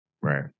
Right